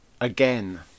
Again